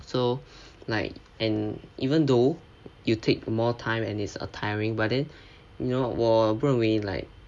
so like and even though you take more time and it's err tiring but then you know 我认为 like